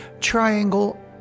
Triangle